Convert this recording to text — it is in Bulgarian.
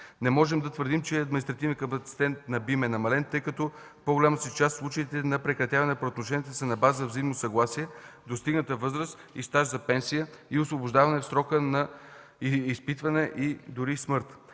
Не можем да твърдим, че административният капацитет на БИМ е намален, тъй като в по-голямата си част случаите на прекратяване на правоотношенията са на база взаимно съгласие, достигната възраст и стаж за пенсия, освобождаване в срока на изпитване и дори смърт.